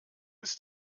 ist